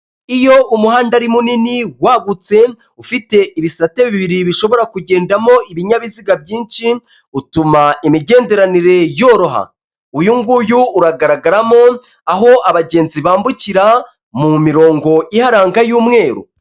Iyo umuhanda ari munini wagutse, ufite ibisate bibiri bishobora kugendamo ibinyabiziga byinshi, utuma imigenderanire yoroha. Uyu nguyu uragaragaramo, aho abagenzi bambukira, mu mirongo iharanga y'umweru.